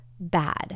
bad